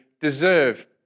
deserve